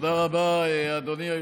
תודה רבה, אדוני היושב-ראש.